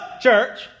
church